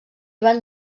van